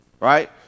Right